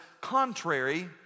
contrary